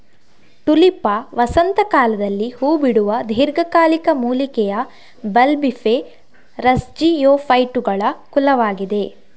Tulipa ವಸಂತ ಕಾಲದಲ್ಲಿ ಹೂ ಬಿಡುವ ದೀರ್ಘಕಾಲಿಕ ಮೂಲಿಕೆಯ ಬಲ್ಬಿಫೆರಸ್ಜಿಯೋಫೈಟುಗಳ ಕುಲವಾಗಿದೆ